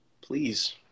please